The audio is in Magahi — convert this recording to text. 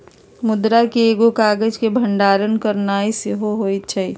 मुद्रा के एगो काज के भंडारण करनाइ सेहो होइ छइ